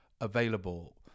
available